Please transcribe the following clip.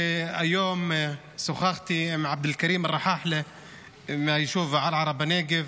היום שוחחתי עם עבד אל-כרים אל-רחאחלה מהיישוב ערערה בנגב.